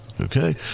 Okay